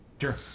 Sure